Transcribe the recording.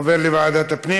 עובר לוועדת הפנים.